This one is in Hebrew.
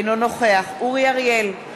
אינו נוכח אורי אריאל,